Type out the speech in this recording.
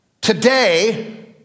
Today